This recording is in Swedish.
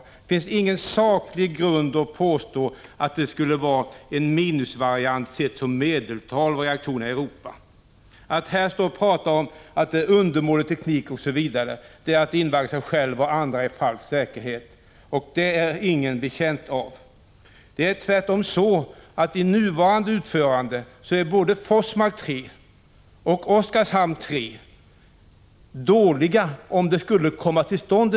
Det finns ingen saklig grund för att påstå att den skulle vara en minusvariant bland reaktorerna i Europa. Att här stå och prata om att det rör sig om undermålig teknik osv. är att invagga sig själv och andra i falsk säkerhet. Det är ingen betjänt av. Det är tvärtom så att både Forsmark 3 och Oskarshamn 3 i nuvarande utförande är dåliga, om en härdsmälta skulle inträffa.